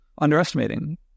underestimating